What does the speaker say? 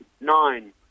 nine